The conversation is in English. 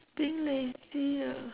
being lazy ah